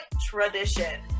tradition